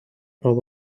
all